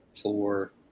four